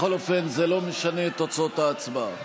בכל אופן זה לא משנה את תוצאות ההצבעה.